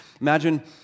Imagine